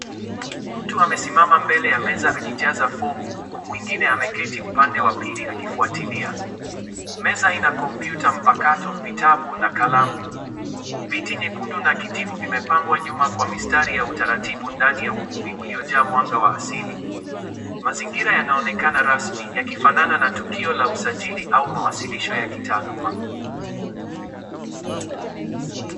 Mtu amesimama mbele ya meza akijaza fomu huku mwingine ameketi upande wa pili akifwatilia . Meza ina komputa, mpakato ,vitabu na kalamu . Viti nyekundu na kitibu vimepangwa nyuma kwa mistari ya utaratibu ndani ya ukumbi uliojaa mwanga wa asili . Mazingira yanaonekana rasmi yakifanana na tukio la usajili au mawasilisho ya kitaaluma.